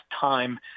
time